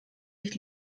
ich